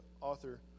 author